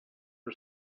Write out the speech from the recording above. for